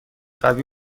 قوی